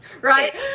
Right